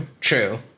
true